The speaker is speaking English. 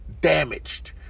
damaged